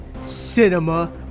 Cinema